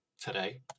today